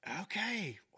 Okay